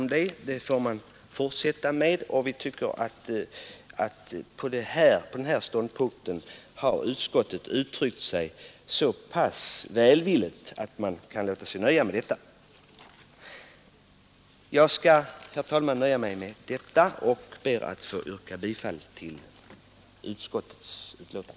Vi tycker dock att utskottet på denna punkt uttryckt sig så pass välvilligt att man kan låta sig nöja med det. Jag ber, herr talman, att få yrka bifall till utskottets hemställan.